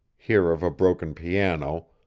here of a broken piano,